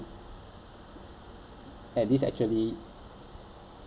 and this actually